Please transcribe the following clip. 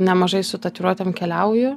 nemažai su tatuiruotėm keliauju